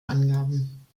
angaben